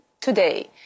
today